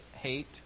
hate